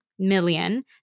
million